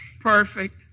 Perfect